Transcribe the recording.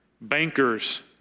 Bankers